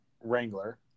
Wrangler